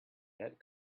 that